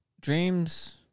dreams